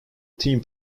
team